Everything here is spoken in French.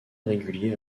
réguliers